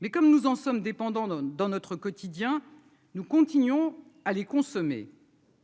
mais comme nous en sommes dépendants donne dans notre quotidien, nous continuons à les consommer.